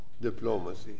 diplomacy